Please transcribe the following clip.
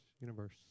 universe